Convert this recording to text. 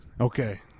Okay